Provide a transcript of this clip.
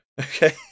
Okay